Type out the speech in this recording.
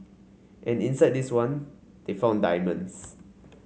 and inside this one they found diamonds